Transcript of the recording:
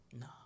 No